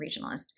regionalist